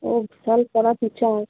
ও কড়া টিচার